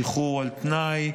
שחרור על תנאי,